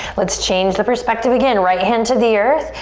let's change the perspective again. right hand to the earth,